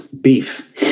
Beef